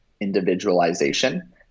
individualization